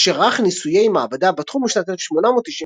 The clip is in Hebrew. אשר ערך ניסויי מעבדה בתחום בשנת 1895,